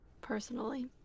personally